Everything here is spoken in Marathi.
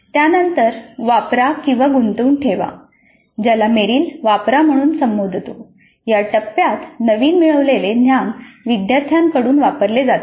त्यानंतर वापरा गुंतवून ठेवा ज्याला मेरिल वापरा म्हणून संबोधतो या टप्प्यात नवीन मिळवलेले ज्ञान विद्यार्थ्याकडून वापरले जाते